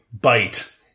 Bite